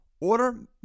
Order